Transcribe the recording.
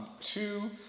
Two